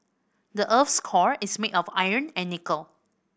the earth's core is made of iron and nickel